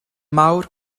mawr